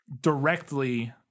directly